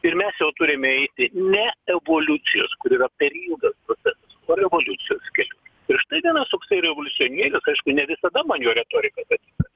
ir mes jau turime eiti ne evoliucijos kur yra per ilgas procesas o revoliucijos keliu ir štai vienas toksai revoliucionierius aišku ne visada man jo retorika patinka